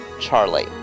Charlie